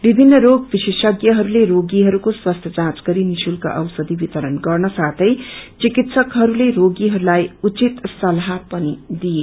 विभिन्न रोग विशेषम्रहरूले रोगीहरूको स्वास्थ्य जाँच गरि निशुल्क औषषी वितरण गर्न साथै चिकित्सकहरूले रोगीहरूलाई उचित सल्लाह पनि दिए